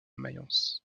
mayence